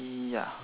mm ya